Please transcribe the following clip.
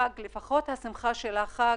השמחה של החג